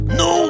no